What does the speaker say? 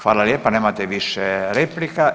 Hvala lijepa nemate više replika.